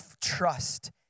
trust